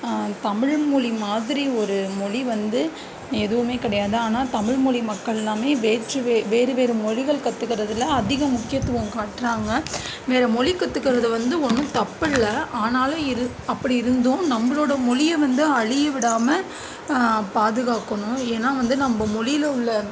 தமிழ்மொழி மாதிரி ஒரு மொழி வந்து எதுவுமே கிடையாது ஆனால் தமிழ்மொழி மக்கள்லாமே வேற்று வே வேறு வேறு மொழிகள் கற்றுக்கறதுல அதிகம் முக்கியத்துவம் காட்டுறாங்க வேறு மொழி கற்றுக்கறது வந்து ஒன்றும் தப்பில்லை ஆனாலும் இரு அப்படி இருந்தும் நம்மளோட மொழியை வந்து அழிய விடாமல் பாதுகாக்கணும் ஏன்னால் வந்து நம்ம மொழியில் உள்ள